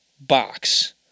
box